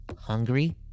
hungry